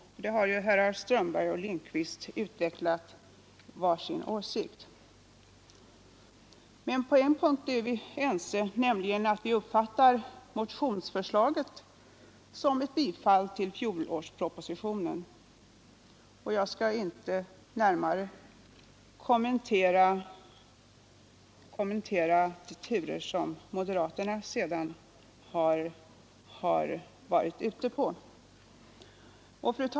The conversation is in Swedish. Där har herrar Strömberg i Botkyrka och Lindkvist utvecklat var sin åsikt. Men på en punkt är vi ense: Vi uppfattar motionsförslaget som ett bifall till fjolårspropositionen. Jag skall inte närmare kommentera de turer som moderaterna sedan har varit ute på.